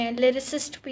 lyricist